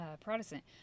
Protestant